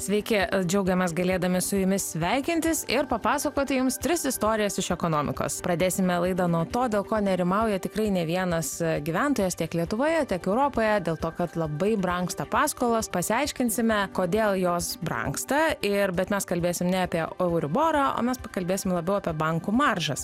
sveiki a džiaugiamės galėdami su jumis sveikintis ir papasakoti jums tris istorijas iš ekonomikos pradėsime laidą nuo to dėl ko nerimauja tikrai ne vienas e gyventojas tiek lietuvoje tiek europoje dėl to kad labai brangsta paskolos pasiaiškinsime kodėl jos brangsta ir bet mes kalbėsim ne apie ouriborą o mes pakalbėsim labiau apie bankų maržas